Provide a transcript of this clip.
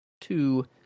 two